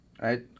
right